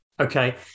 okay